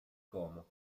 como